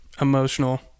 emotional